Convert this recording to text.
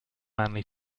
manley